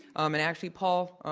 um and actually, paul,